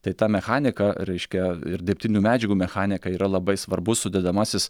tai ta mechanika reiškia ir dirbtinių medžiagų mechanika yra labai svarbus sudedamasis